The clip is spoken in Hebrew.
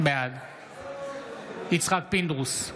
בעד יצחק פינדרוס,